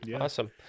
Awesome